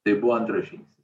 tai buvo antras žingsnis